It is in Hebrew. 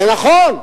זה נכון.